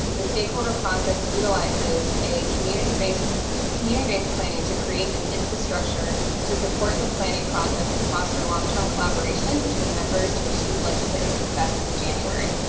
the stakeholder process utilizes community-based community-based planning to create an infrastructure to support the planning process and foster long-term collaboration between members to achieve legislative success come january.